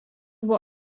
buvo